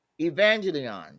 evangelion